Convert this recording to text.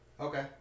Okay